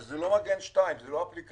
וזה לא מגן 2. זאת לא אפליקציה.